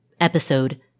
episode